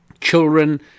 Children